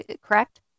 Correct